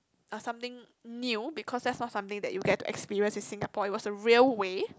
uh something new because that's not something that you get to experience in Singapore it was a railway